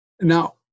Now